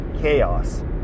chaos